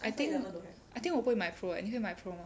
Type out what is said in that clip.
I think I think 我不会买 pro leh 你会买 pro mah